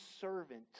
servant